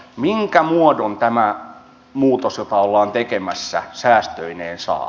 minkä muodon tämä muutos jota ollaan tekemässä säästöineen saa